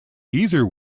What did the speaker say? either